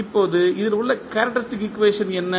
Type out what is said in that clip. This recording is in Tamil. இப்போது இதில் உள்ள கேரக்டரிஸ்டிக் ஈக்குவேஷன் என்ன